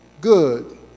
good